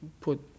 put